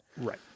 Right